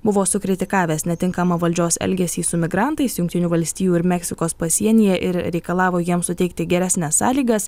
buvo sukritikavęs netinkamą valdžios elgesį su migrantais jungtinių valstijų ir meksikos pasienyje ir reikalavo jiems suteikti geresnes sąlygas